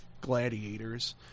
gladiators